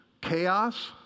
chaos